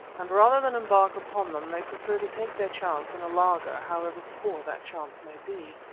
and rather than embark upon them they prefer to take their chance in a laager, however poor that chance may be.